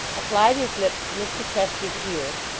applied his lips to mr chester's ear,